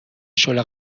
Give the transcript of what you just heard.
شله